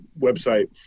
website